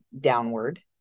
downward